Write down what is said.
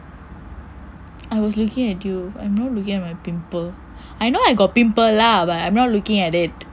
I was looking at you I'm not looking at my pimple I know I got pimple lah but I'm not looking at it